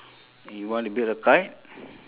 you wanna build a kite